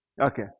Okay